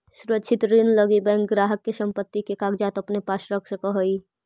सुरक्षित ऋण लगी बैंक ग्राहक के संपत्ति के कागजात अपने पास रख सकऽ हइ